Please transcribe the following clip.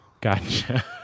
Gotcha